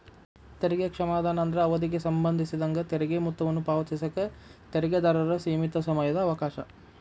ತೆರಿಗೆ ಕ್ಷಮಾದಾನ ಅಂದ್ರ ಅವಧಿಗೆ ಸಂಬಂಧಿಸಿದಂಗ ತೆರಿಗೆ ಮೊತ್ತವನ್ನ ಪಾವತಿಸಕ ತೆರಿಗೆದಾರರ ಸೇಮಿತ ಸಮಯದ ಅವಕಾಶ